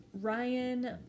Ryan